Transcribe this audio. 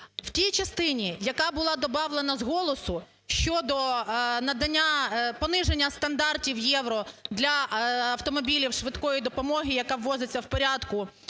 В тій частині, яка була добавлена з голосу, щодо надання… пониження стандартів "Євро" для автомобілів швидкої допомоги, яка ввозиться в порядку